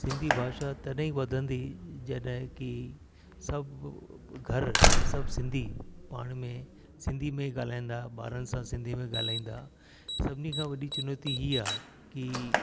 सिंधी भाषा तॾहिं ई वधंदी जॾहिं की स घरु सभु सिंधी पाण में सिंधी में ॻाल्हाईंदा ॿारनि सां सिंधी में ॻलहाईंदा सभनीनि खां वॾी चुनौती हीउ आहे की